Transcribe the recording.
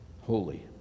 Holy